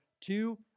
two